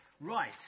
Right